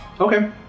Okay